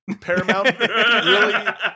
Paramount